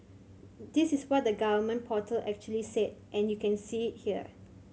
this is what the government portal actually said and you can see here